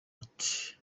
ati